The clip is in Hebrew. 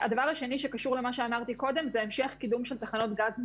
הדבר השני זה המשך הקידום של תחנות גז מזהמות.